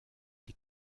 die